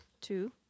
Two